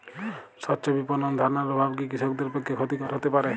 স্বচ্ছ বিপণন ধারণার অভাব কি কৃষকদের পক্ষে ক্ষতিকর হতে পারে?